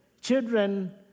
Children